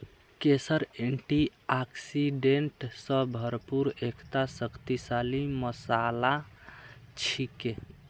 केसर एंटीऑक्सीडेंट स भरपूर एकता शक्तिशाली मसाला छिके